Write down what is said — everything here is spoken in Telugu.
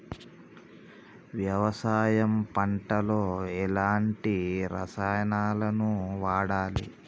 వ్యవసాయం పంట లో ఎలాంటి రసాయనాలను వాడాలి?